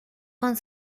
con